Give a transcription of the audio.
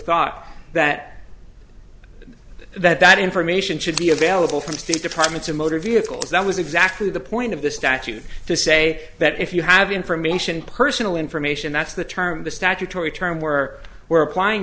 thought that that information should be available from state departments of motor vehicles that was exactly the point of the statute to say that if you have information personal information that's the term the statutory term where we're applying